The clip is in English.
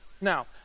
Now